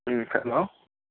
ഉം ഹലോ